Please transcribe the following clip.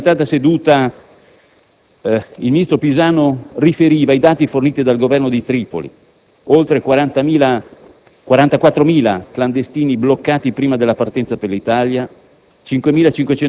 In occasione della citata seduta del 22 febbraio 2006, il ministro Pisanu riferiva i dati forniti dal Governo di Tripoli: oltre 44.000 clandestini bloccati prima della partenza per l'Italia,